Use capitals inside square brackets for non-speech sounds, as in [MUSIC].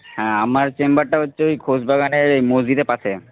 [UNINTELLIGIBLE] হ্যাঁ আমার চেম্বারটা হচ্ছে ওই ঘোষবাগানের এই মসজিদের পাশে